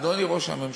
אדוני ראש הממשלה,